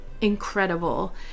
incredible